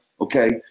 okay